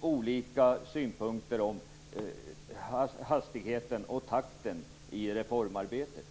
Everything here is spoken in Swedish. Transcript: olika synpunkter på hastigheten och takten i reformarbetet.